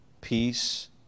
peace